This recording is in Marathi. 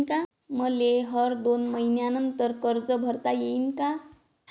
मले हर दोन मयीन्यानंतर कर्ज भरता येईन का?